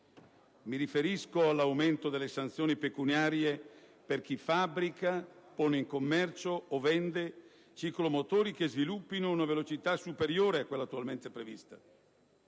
Mi riferisco all'aumento delle sanzioni pecuniarie per chi fabbrica, pone in commercio o vende ciclomotori che sviluppino una velocità superiore a quella attualmente prevista.